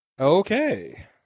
Okay